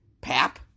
Pap